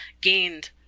gained